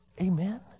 Amen